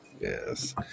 yes